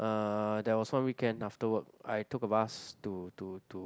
uh there was one weekend after work I took a bus to to to